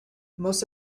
most